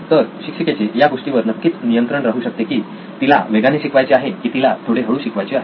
तर शिक्षिकेचे या गोष्टीवर नक्कीच नियंत्रण राहू शकते की तिला वेगाने शिकवायचे आहे की तिला थोडे हळू शिकवायचे आहे